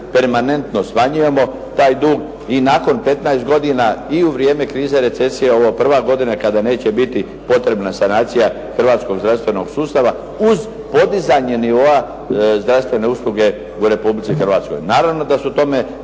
permanentno smanjujemo taj dug, i nakon 15 godina i u vrijeme krize, recesije ovo je prva godina kada neće biti potrebna sanacija hrvatskog zdravstvenog sustava, uz podizanje nivoa zdravstvene usluge u Republici Hrvatskoj. Naravno da su tome